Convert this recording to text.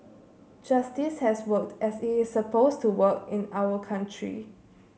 justice has worked as it is supposed to work in our country